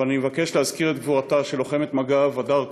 אבל אני מבקש להזכיר את גבורתה של לוחמת מג"ב הדר כהן,